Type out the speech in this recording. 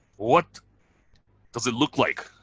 what does it look like